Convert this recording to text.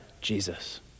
Jesus